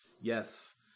yes